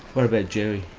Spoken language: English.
what about gerry?